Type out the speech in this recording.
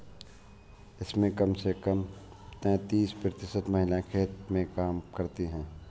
इसमें कम से कम तैंतीस प्रतिशत महिलाएं खेत में काम करती हैं